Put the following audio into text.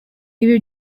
ibi